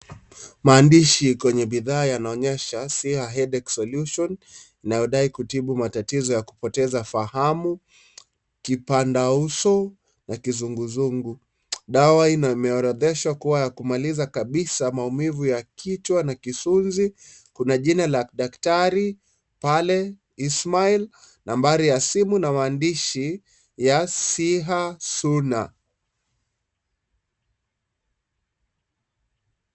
Maandishi kwenye bidhaa yanaonyesha SIHA HEADACHE SOLUTION inayodai kutibu matatizo ya kupoteza fahamu ,kipanda usu na kizunguzungu, dawa imeorodheshwa kuwa ya kumaliza kabisa maumivu ya kichwa na kizuzi, kuna jina la dakdari pale Ishmael nambari ya simu na maandishi ya SIHA HEADACHE SOLUTION na.